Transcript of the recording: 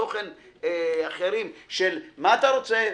תוכן אחרים כשאומרים: "מה אתה רוצה?